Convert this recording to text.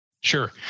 Sure